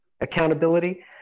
accountability